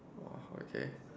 oh okay